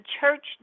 church